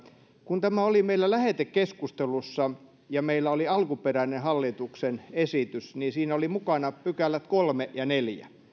kun tämä oli meillä lähetekeskustelussa ja meillä oli alkuperäinen hallituksen esitys niin siinä oli mukana pykälät kolme ja neljä kolmannessa